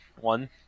One